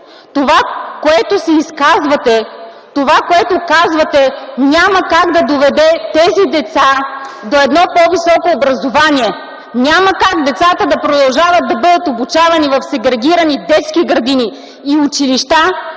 проф. Станилов, това, което казвате, няма как да доведе тези деца до по-високо образование! Няма как децата да продължават да бъдат обучавани в сегрегирани детски градини и училища,